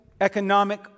economic